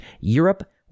Europe